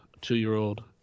two-year-old